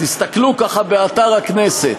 ותסתכלו ככה באתר הכנסת,